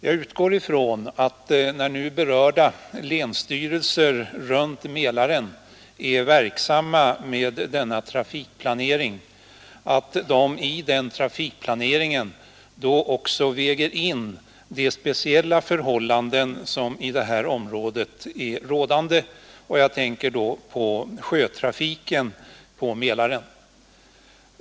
Jag utgår ifrån, att när berörda länsstyrelser runt Mälaren nu är verksamma med denna planering skall de i denna trafikplanering också väga in de speciella förhållanden som i det här området är rådande vad gäller sjötrafiken på Mälaren.